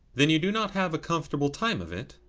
then you do not have a comfortable time of it?